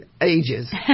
ages